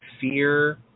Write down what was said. Fear